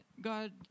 God